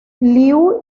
liu